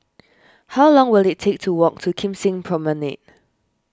how long will it take to walk to Kim Seng Promenade